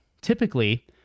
typically